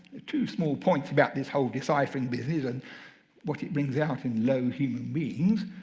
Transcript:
the two small points about this whole deciphering business and what it brings out in low human beings.